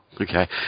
Okay